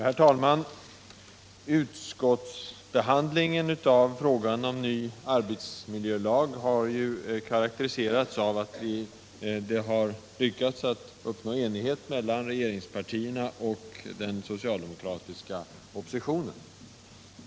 Herr talman! Under utskottsbehandlingen av förslaget till ny arbetsmiljölag har det gått att uppnå enighet mellan regeringspartierna och den socialdemokratiska oppositionen.